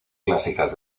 clásicas